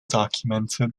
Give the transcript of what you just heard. documented